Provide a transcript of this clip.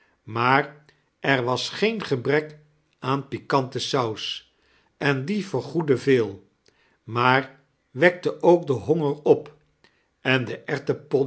maar er was geen gebrek aan pikante saus en die vergoedde veel maar wekte ook den horiger op en de